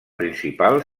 principal